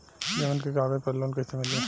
जमीन के कागज पर लोन कइसे मिली?